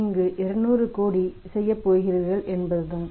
இங்கு 200 கோடி செய்யப் போகிறீர்கள் என்பதுதான்